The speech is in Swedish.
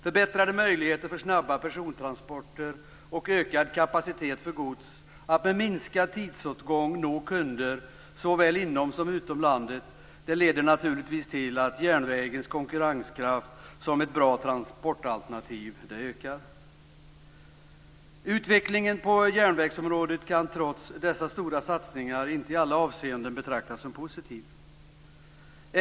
Förbättrade möjligheter för snabba persontransporter och ökad kapacitet för gods att med minskad tidsåtgång nå kunder såväl inom som utom landet leder naturligtvis till att järnvägens konkurrenskraft som ett bra transportalternativ ökar. Utvecklingen på järnvägsområdet kan trots dessa stora satsningar inte i alla avseenden betraktas som positiv.